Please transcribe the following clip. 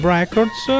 Records